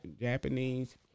Japanese